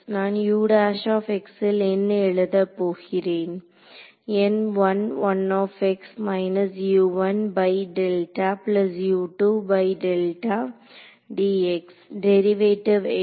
நான் ல் என்ன எழுதப் போகிறேன் டெரிவேட்டிவ் என்ன